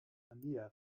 anita